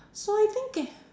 so I think it's